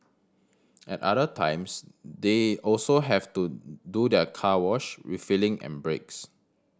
at other times they also have to do their car wash refuelling and breaks